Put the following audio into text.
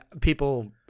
people